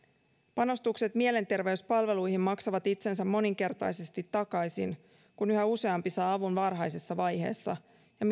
panostukset mielenterveyspalveluihin maksavat itsensä moninkertaisesti takaisin kun yhä useampi saa avun varhaisessa vaiheessa ja